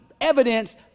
evidence